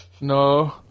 No